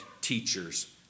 teachers